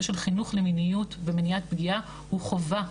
של חינוך למיניות במניעת פגיעה הוא חובה.